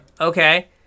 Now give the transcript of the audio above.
okay